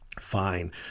Fine